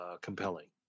compelling